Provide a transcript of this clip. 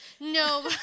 No